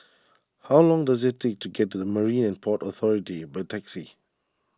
how long does it take to get to the Marine and Port Authority by taxi